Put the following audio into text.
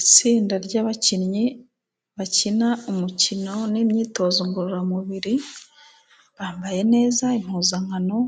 Itsinda ry'abakinnyi bakina umukino n'imyitozo ngororamubiri, bambaye neza impuzankano,